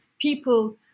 people